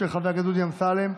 התשפ"ב 2021,